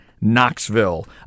Knoxville